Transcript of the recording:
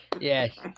Yes